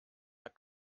der